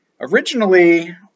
originally